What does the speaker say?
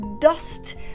dust